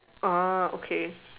okay